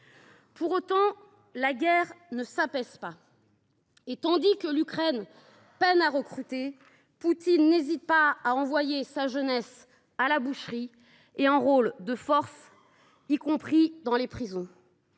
Pour autant, la guerre ne s’apaise pas. Tandis que l’Ukraine peine à recruter, Poutine n’hésite pas à envoyer sa jeunesse à la boucherie et enrôle de force, y compris dans les prisons.